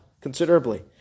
considerably